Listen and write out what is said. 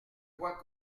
quoi